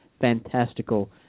fantastical